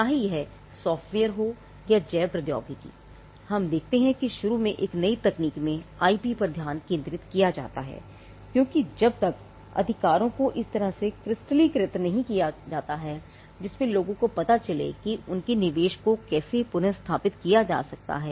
चाहे यह सॉफ्टवेयर हो या जैव प्रौद्योगिकी हम देखते हैं कि शुरू में एक नई तकनीक में आईपी पर ध्यान केंद्रित किया जाता है क्योंकि तब तक अधिकारों को इस तरह से क्रिस्टलीकृत नहीं किया जाता है जिसमें लोगों को पता चले कि उनके निवेश को कैसे पुन स्थापित किया जा सकता है